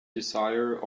desire